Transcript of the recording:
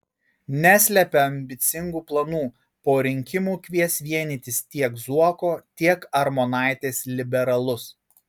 neslepia ambicingų planų po rinkimų kvies vienytis tiek zuoko tiek armonaitės liberalus